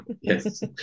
yes